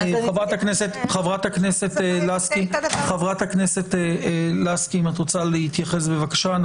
חברת הכנסת לסקי, אם את רוצה להתייחס, בבקשה.